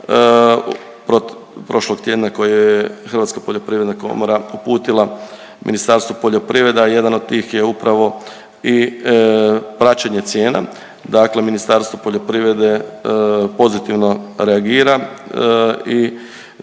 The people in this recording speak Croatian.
prošlog tjedna koje je Hrvatska poljoprivredna komora uputila Ministarstvu poljoprivrede, a jedan od tih je upravo i praćenje cijena. Dakle Ministarstvo poljoprivrede pozitivno reagira i